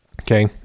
Okay